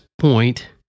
point